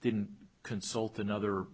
didn't consult another